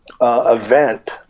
event